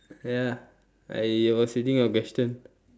ya I was reading your question